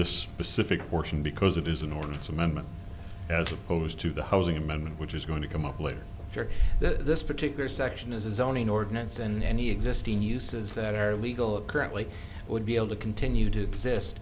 the specific portion because it is an ordinance amendment as opposed to the housing amendment which is going to come up later that this particular section is a zoning ordinance and any existing uses that are legal currently would be able to continue to exist